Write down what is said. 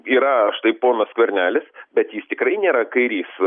yra štai ponas skvernelis bet jis tikrai nėra kairys